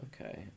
Okay